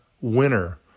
winner